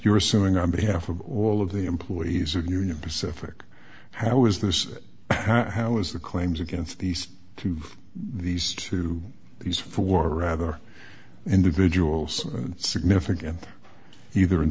you're assuming on behalf of all of the employees of your pacific how is this how is the claims against these two these two these four rather individuals significant either in